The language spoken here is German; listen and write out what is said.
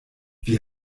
wie